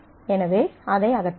எனவே அதை அகற்றலாம்